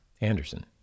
Anderson